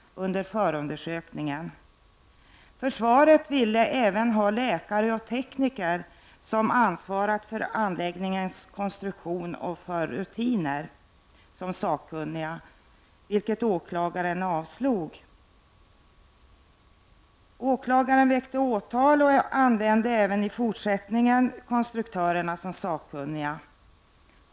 Försvaret ville som sakkunniga även ha de läkare och tekniker som ansvarat för anläggningens konstruktion och rutiner, vilket åklagaren avslog. Åklagaren väckte åtal och använde i fortsättningen konstruktörerna som sakkunniga.